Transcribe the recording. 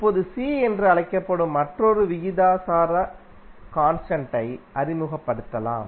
இப்போது C என்று அழைக்கப்படும் மற்றொரு விகிதாசார கான்ஸ்டன்ட் யை அறிமுகப்படுத்தலாம்